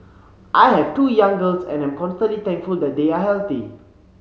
I have two young girls and am constantly thankful that they are healthy